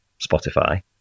Spotify